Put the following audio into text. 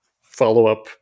follow-up